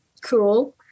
cool